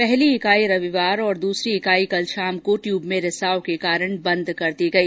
पहली इकाई रविवार और दूसरी इकाई कल शाम को ट्यूब में रिसाव के कारण बंद कर दी गई